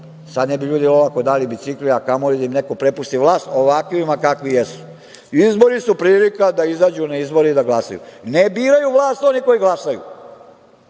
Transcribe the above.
Sad ne bi ljudi olako dali bicikl, a kamoli da im neko prepusti vlast, ovakvima kakvi jesu. Izbori su prilika da izađu na izbore i da glasaju. Ne biraju vlast oni koji glasaju,